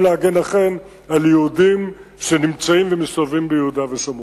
להגן על יהודים שנמצאים ומסתובבים ביהודה ושומרון.